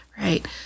Right